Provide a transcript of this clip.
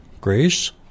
grace